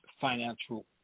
financial